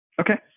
Okay